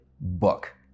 book